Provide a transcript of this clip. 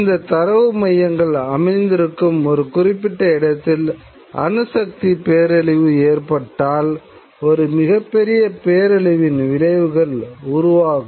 இந்த தரவு மையங்கள் அமைந்திருக்கும் ஒரு குறிப்பிட்ட இடத்தில் அணுசக்தி பேரழிவு ஏற்பட்டால் ஒரு மிகப்பெரிய பேரழிவின் விளைவுகள் உருவாக்கும்